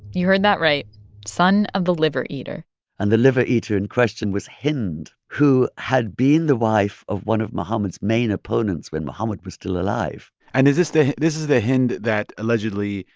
you heard that right son of the liver-eater and the liver-eater in question was hind, who had been the wife of one of muhammad's main opponents when muhammad was still alive and is this this is the hind that allegedly.